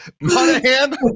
Monahan